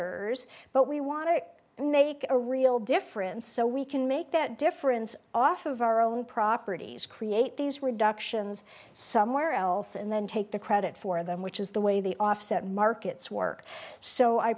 emitters but we want to make a real difference so we can make that difference off of our own properties create these were duction zz somewhere else and then take the credit for them which is the way the offset markets work so i